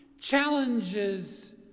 challenges